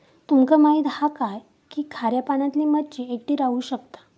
तुमका माहित हा काय की खाऱ्या पाण्यातली मच्छी एकटी राहू शकता